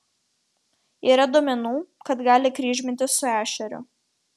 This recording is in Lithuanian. yra duomenų kad gali kryžmintis su ešeriu